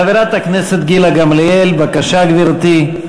חברת הכנסת גילה גמליאל, בבקשה, גברתי.